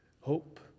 Hope